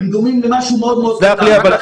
הם דומים למשהו מאוד מאוד קטן.